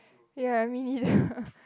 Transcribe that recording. ya me neither